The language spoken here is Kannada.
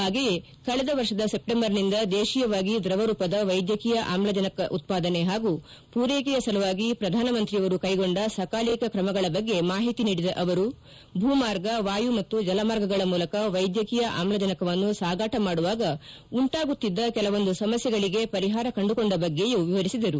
ಹಾಗೆಯೇ ಕಳೆದ ವರ್ಷದ ಸೆಪ್ಟೆಂಬರ್ನಿಂದ ದೇಶೀಯವಾಗಿ ದ್ರವರೂಪದ ವೈದ್ಯಕೀಯ ಆಮ್ಲಜನಕದ ಉತ್ಪಾದನೆ ಹಾಗೂ ಪೂರೈಕೆಯ ಸಲುವಾಗಿ ಪ್ರಧಾನಮಂತ್ರಿಯವರು ಕೈಗೊಂಡ ಸಕಾಲಿಕ ಕ್ರಮಗಳ ಬಗ್ಗೆ ಮಾಹಿತಿ ನೀಡಿದ ಅವರು ಭೂಮಾರ್ಗ ವಾಯು ಮತ್ತು ಜಲಮಾರ್ಗಗಳ ಮೂಲಕ ವೈದ್ಯಕೀಯ ಆಮ್ಲಜನಕವನ್ನು ಸಾಗಾಟ ಮಾಡುವಾಗ ಉಂಟಾಗುತ್ತಿದ್ದ ಕೆಲವೊಂದು ಸಮಸ್ಯೆಗಳಿಗೆ ಪರಿಹಾರ ಕಂಡುಕೊಂಡ ಬಗ್ಗೆಯೂ ವಿವರಿಸಿದರು